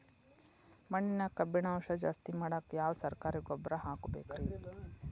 ಮಣ್ಣಿನ್ಯಾಗ ಕಬ್ಬಿಣಾಂಶ ಜಾಸ್ತಿ ಮಾಡಾಕ ಯಾವ ಸರಕಾರಿ ಗೊಬ್ಬರ ಹಾಕಬೇಕು ರಿ?